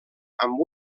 amb